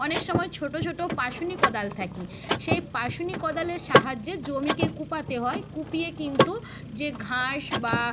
অনেক সময় ছোটো ছোটো পাশুনি কোদাল থাকে সেই পাশুনি কোদালের সাহায্যে জমিকে কুপাতে হয় কুপিয়ে কিন্তু যে ঘাস বা